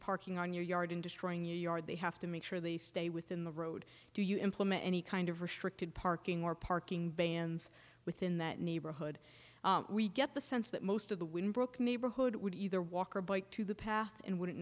parking on your yard and destroying your yard they have to make sure they stay within the road do you implement any kind of restricted parking or parking bans within that neighborhood we get the sense that most of the wind brooke neighborhood would either walk or bike to the path and wouldn't